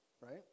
right